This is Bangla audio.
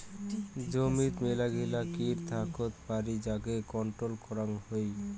জমিত মেলাগিলা কিট থাকত পারি যাকে কন্ট্রোল করাং হই